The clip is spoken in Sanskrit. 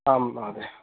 आम् महोदय